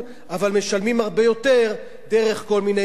אבל משלמים הרבה יותר דרך כל מיני מקרים,